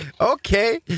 Okay